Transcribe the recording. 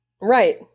Right